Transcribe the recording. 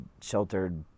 sheltered